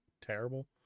terrible